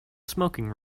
smoking